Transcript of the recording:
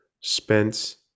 Spence